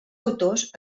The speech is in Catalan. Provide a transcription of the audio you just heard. autors